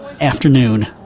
afternoon